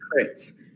crits